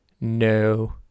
no